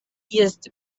jest